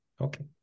Okay